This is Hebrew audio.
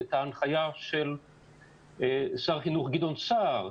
את ההנחייה של שר החינוך גדעון סער,